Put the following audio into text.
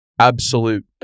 Absolute